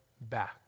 back